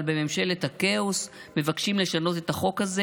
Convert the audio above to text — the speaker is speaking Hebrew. אבל בממשלת הכאוס מבקשים לשנות את החוק הזה